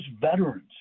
veterans